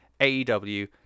aew